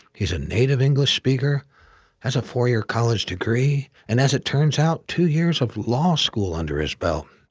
he's a native english speaker has a four year college degree and as it turns out two years of law school under his belt.